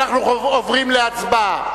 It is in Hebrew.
אנחנו עוברים להצבעה,